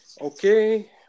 Okay